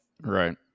Right